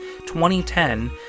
2010